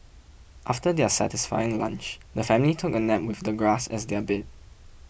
after their satisfying lunch the family took a nap with the grass as their bed